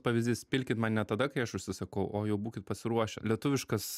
pavyzdys pilkit man ne tada kai aš užsisakau o jau būkit pasiruošę lietuviškas